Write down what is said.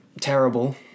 terrible